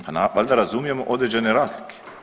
Pa valjda razumijemo određene razlike.